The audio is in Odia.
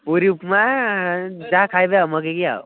ପୁରୀ ଉପମା ଯାହା ଖାଇବେ ଆଉ ମଗାଇକି ଆଉ